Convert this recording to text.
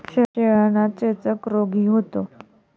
शेळ्यांना चेचक रोगही होतो